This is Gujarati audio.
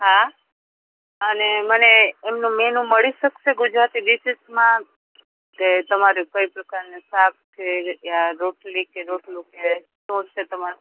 હા એને મને એમનું મેનૂ મળી શકશે ગુજરાતી ડીશીસમાં કે તમારું કઈ પ્રકારનું શાક છે યા રોટલી કે રોટલું કે શું છે તમારું